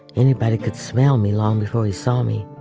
anybody could smell me long before he saw me